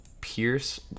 Pierce